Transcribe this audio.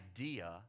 idea